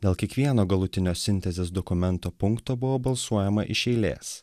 dėl kiekvieno galutinio sintezės dokumento punkto buvo balsuojama iš eilės